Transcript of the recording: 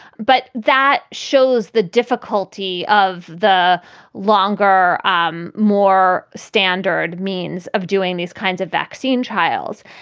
but that shows the difficulty of the longer, um more standard means of doing these kinds of vaccine trials.